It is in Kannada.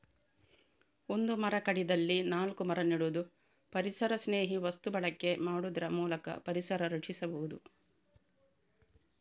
ಒಂದು ಮರ ಕಡಿದಲ್ಲಿ ನಾಲ್ಕು ಮರ ನೆಡುದು, ಪರಿಸರಸ್ನೇಹಿ ವಸ್ತು ಬಳಕೆ ಮಾಡುದ್ರ ಮೂಲಕ ಪರಿಸರ ರಕ್ಷಿಸಬಹುದು